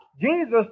Jesus